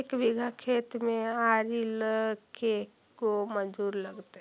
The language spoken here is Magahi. एक बिघा खेत में आरि ल के गो मजुर लगतै?